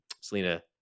selena